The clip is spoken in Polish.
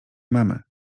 memy